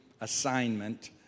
assignment